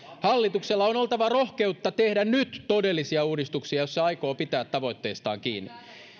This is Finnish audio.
hallituksella on oltava rohkeutta tehdä todellisia uudistuksia jos se aikoo pitää tavoitteistaan kiinni